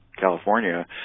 California